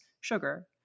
sugar